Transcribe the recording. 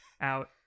out